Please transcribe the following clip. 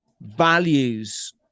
values